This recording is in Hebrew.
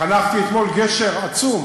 חנכתי אתמול גשר עצום